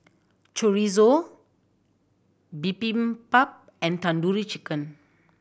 Chorizo Bibimbap and Tandoori Chicken